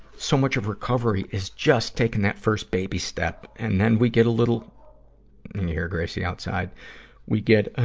so much of recovery is just taking that first baby step, and then we get a little. and you hear gracie outside we get,